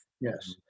Yes